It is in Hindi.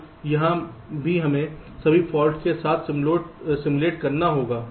तो यहां भी हमें सभी फॉल्ट्स के साथ सिमुलेट करना होगा